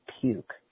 puke